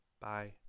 Bye